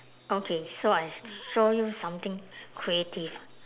okay so I show you something creative